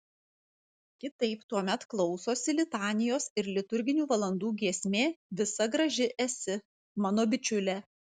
kitaip tuomet klausosi litanijos ir liturginių valandų giesmė visa graži esi mano bičiule